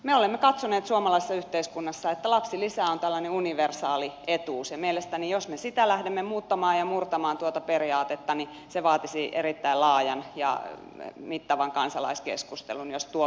me olemme katsoneet suomalaisessa yhteiskunnassa että lapsilisä on tällainen universaali etuus ja jos me tuota periaatetta haluamme lähteä muuttamaan ja murtamaan niin se vaatisi erittäin laajan ja mittavan kansalaiskeskustelun